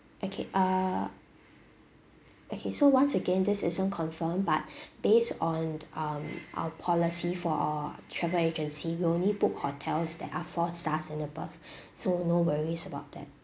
okay err okay so once again this isn't confirmed but based on um our policy for uh travel agency we only book hotels that are four stars and above so no worries about that